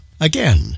Again